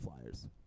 Flyers